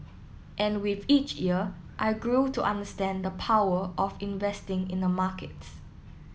and with each year I grew to understand the power of investing in the markets